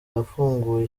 yafunguye